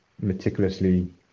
meticulously